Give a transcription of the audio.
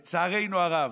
לצערנו הרב,